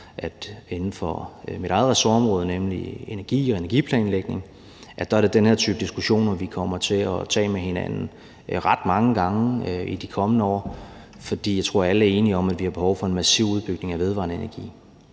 at inden for mit eget ressortområde, nemlig energi og energiplanlægning, er det den her type diskussioner, vi kommer til at tage med hinanden ret mange gange i de kommende år, for jeg tror, at alle er enige om, at vi har behov for en massiv udbygning af vedvarende energi.